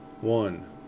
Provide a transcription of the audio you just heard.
one